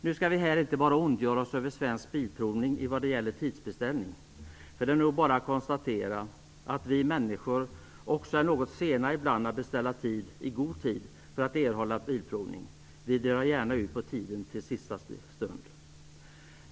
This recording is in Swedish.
Nu skall vi här inte bara ondgöra oss över Svensk Bilprovning i vad det gäller tidsbeställning, för det är nog bara att konstatera att vi människor ibland också är något sena med att beställa tid för att erhålla bilprovning. Vi drar gärna ut på det till sista stund.